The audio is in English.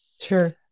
sure